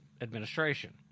administration